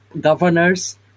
governors